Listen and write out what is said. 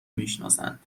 میشناسند